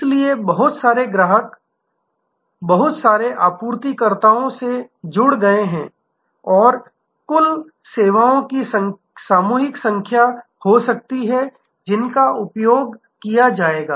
इसलिए बहुत सारे ग्राहक बहुत सारे आपूर्तिकर्ताओं से जुड़ सकते हैं और कुल सेवाओं की संख्या सामूहिक हो सकती है जिनका उपयोग किया जाएगा